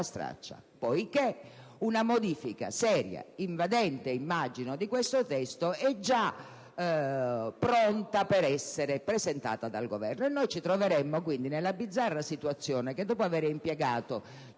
straccia, poiché una modifica seria, invadente - immagino - dello stesso è già pronta per essere presentata dal Governo. Noi ci troveremo, quindi, nella bizzarra situazione in cui, dopo aver impiegato